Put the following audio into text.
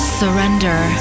surrender